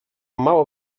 mało